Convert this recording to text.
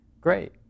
great